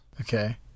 Okay